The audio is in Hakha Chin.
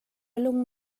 lung